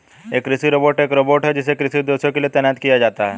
एक कृषि रोबोट एक रोबोट है जिसे कृषि उद्देश्यों के लिए तैनात किया जाता है